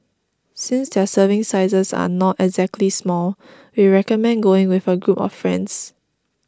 since their serving sizes are not exactly small we recommend going with a group of friends